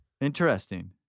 Interesting